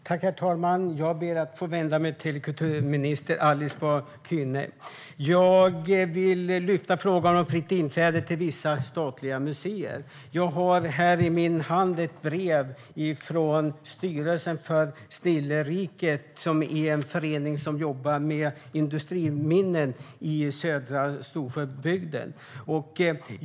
Herr talman! Jag ber att få vända mig till kulturminister Alice Bah Kuhnke. Jag vill lyfta upp frågan om fritt inträde till vissa statliga museer. I min hand har jag ett brev från styrelsen för Snilleriket, som är en förening som jobbar med industriminnen i södra Storsjöbygden.